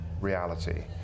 reality